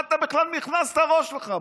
מה אתה בכלל נכנס בראש שלך?